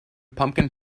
pumpkin